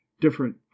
different